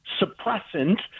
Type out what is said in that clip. suppressant